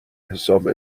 حساب